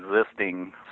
existing